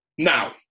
Now